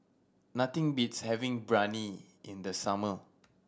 nothing beats having Biryani in the summer